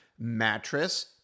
mattress